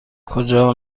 کجا